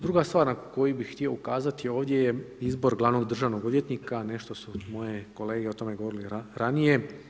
Druga stvar na koju bih htio ukazati ovdje je izbor glavnog državnog odvjetnika, nešto su moje kolege o tome govorili ranije.